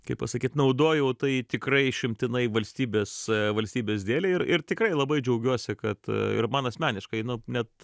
kaip pasakyt naudojau tai tikrai išimtinai valstybės valstybės dėlei ir ir tikrai labai džiaugiuosi kad ir man asmeniškai nu net